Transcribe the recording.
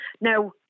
Now